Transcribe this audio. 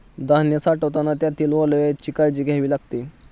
धान्य साठवताना त्यातील ओलाव्याची काळजी घ्यावी लागते